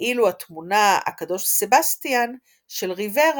ואילו התמונה "הקדוש סבסטיאן" של ריברה